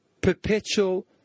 perpetual